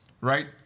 right